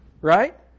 Right